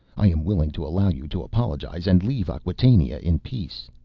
i am willing to allow you to apologize and leave acquatainia in peace.